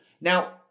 Now